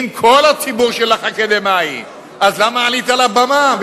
אם כל הציבור שלך אקדמאי, אז למה עלית על הבמה?